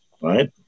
right